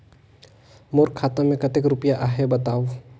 मोर खाता मे कतेक रुपिया आहे बताव?